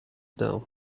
dawn